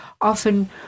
often